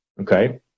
okay